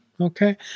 Okay